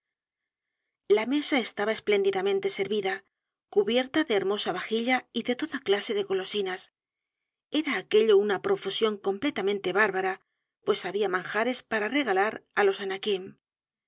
la mesa estaba espléndidamente servida cubierta de hermosa vajilla y de toda clase de golosinas era aquello una profusión completamente bárbara pues había manjares para regalar á los